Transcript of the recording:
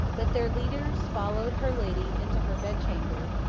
but, their leaders followed her lady into her bedchamber,